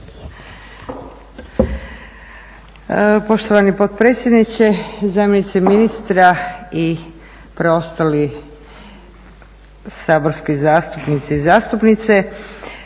Poštovani potpredsjedniče, zamjenice ministra i preostali saborski zastupnici i zastupnice.